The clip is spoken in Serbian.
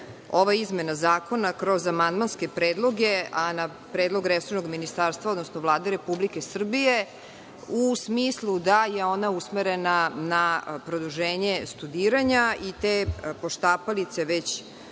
ova izmena zakona kroz amandmanske predloge, a na predlog resornog ministarstva, odnosno Vlade Republike Srbije u smislu da je ona usmerena na produženje studiranja i te poštapalice već